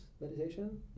meditation